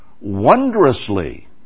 wondrously